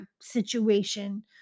situation